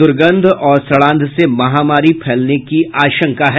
दूर्गंध और सड़ांध से महामारी फैलने की आशंका है